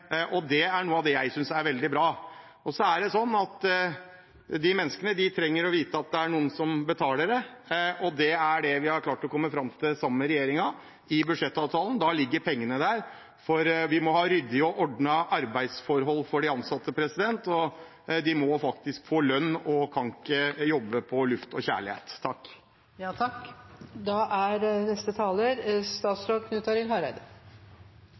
Det er noe av det jeg synes er veldig bra. De menneskene trenger å vite at det er noen som betaler det, og det er det vi har klart å komme fram til sammen med regjeringen, i budsjettavtalen: Da ligger pengene der. For vi må ha ryddige og ordnede arbeidsforhold for de ansatte, og de må faktisk få lønn – de kan ikke jobbe for luft og kjærlighet.